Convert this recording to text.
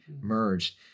merged